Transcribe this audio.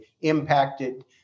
impacted